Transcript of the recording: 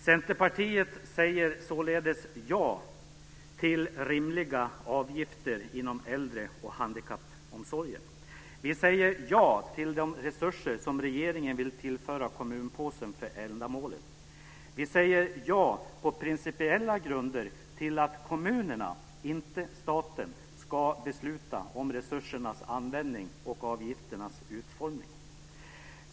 Centerpartiet säger således ja till rimliga avgifter inom äldre och handikappomsorgen. Vi säger ja till de resurser som regeringen vill tillföra kommunpåsen för ändamålet. Vi säger ja på principiella grunder till att kommunerna - inte staten - ska besluta om resursernas användning och avgifternas utformning.